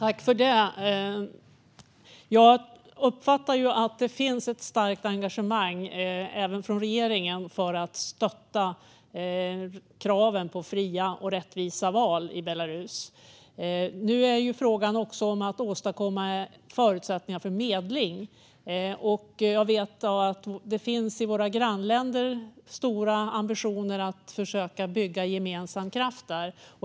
Herr talman! Jag uppfattar att det finns ett starkt engagemang även hos regeringen för att stötta kraven på fria och rättvisa val i Belarus. Nu är det också fråga om att åstadkomma förutsättningar för medling. Jag vet att det i våra grannländer finns stora ambitioner när det gäller att försöka bygga gemensam kraft där.